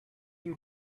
you